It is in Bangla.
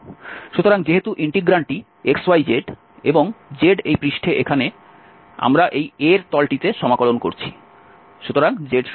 সুতরাং যেহেতু ইন্টিগ্রান্ডটি xyz এবং z এই পৃষ্ঠে এখানে আমরা এই A এর তলটিতে সমাকলন করছি সুতরাং z 1